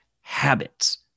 habits